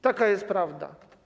Taka jest prawda.